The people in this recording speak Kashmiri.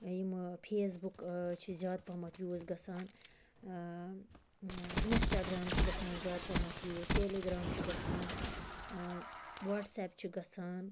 یِم پھیس بُک چھِ زیاد پَہمَتھ یوٗز گَژھان اِنَسٹاگرام چھُ گَژھان زیاد پَہمَتھ یوٗز ٹیٚلِگرام چھُ گَژھان وَٹس ایپ چھُ گَژھان